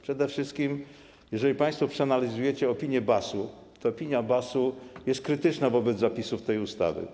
Przede wszystkim, jeżeli państwo przeanalizujecie opinię BAS-u, opinia BAS-u jest krytyczna wobec zapisów tej ustawy.